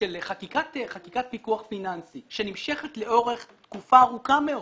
חקיקת פיקוח פיננסי שנמשכת לאורך תקופה ארוכה מאוד,